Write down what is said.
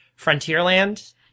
Frontierland